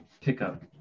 pickup